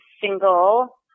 single